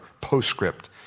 postscript